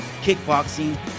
kickboxing